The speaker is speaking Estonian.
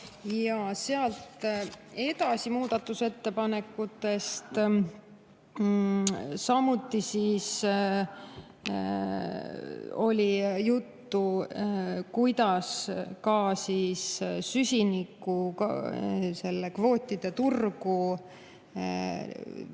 Ja sealt edasi muudatusettepanekutest. Samuti oli juttu, kuidas ka süsinikukvootide turgu